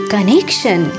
Connection